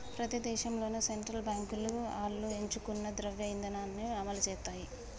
ప్రతి దేశంలోనూ సెంట్రల్ బాంకులు ఆళ్లు ఎంచుకున్న ద్రవ్య ఇదానాన్ని అమలుసేత్తాయి